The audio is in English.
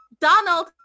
Donald